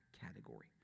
category